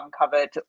uncovered